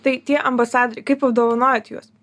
tai tie ambasadoriai kaip apdovanojat juos